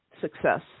success